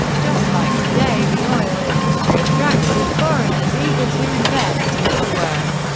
just like today, the oil industry attracted foreigners eager to invest and to work.